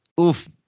oof